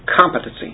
Competency